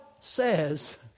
says